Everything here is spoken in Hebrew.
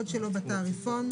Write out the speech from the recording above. מחירון.